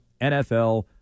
NFL